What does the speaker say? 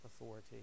authority